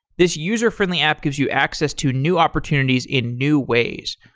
this user-friendly app gives you access to new opportunities in new ways.